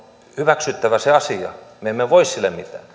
hyväksyttävä se asia me emme voi sille mitään